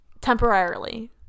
Temporarily